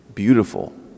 beautiful